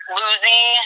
losing